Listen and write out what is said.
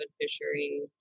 fishery